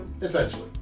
Essentially